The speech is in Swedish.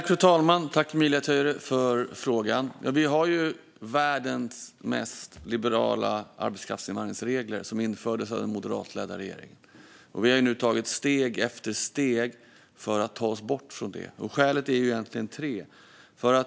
Fru talman! Tack, Emilia Töyrä, för frågan! Ja, vi har världens mest liberala arbetskraftsinvandringsregler, som infördes av den moderatledda regeringen. Vi har nu tagit steg efter steg för att ta oss bort från det. Skälen är egentligen tre.